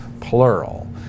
plural